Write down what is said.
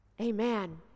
Amen